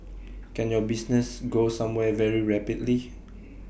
can your business go somewhere very rapidly